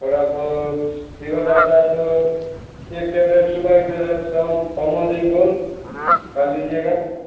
थोड़ा बहुत फ़ीवर रहता है तो एक टैबलेट सुबह एक टैबलेट शाम पमादिन गोल्ड खा लीजिएगा